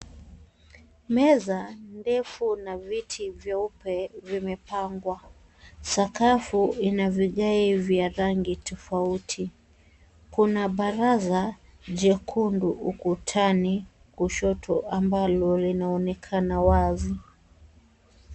Meza ndefu na viti vyeupe vimepangwa. Sakafu ina vigae vya rangi tofauti. Kuna baraza jekundu ukutani kushoto ambalo linaonekana wazi.